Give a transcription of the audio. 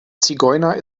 zigeuner